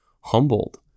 humbled